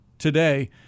today